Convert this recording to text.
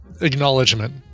Acknowledgement